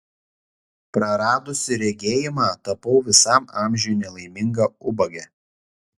praradusi regėjimą tapau visam amžiui nelaiminga ubagė